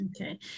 Okay